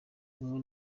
ubumwe